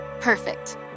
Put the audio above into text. Perfect